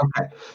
Okay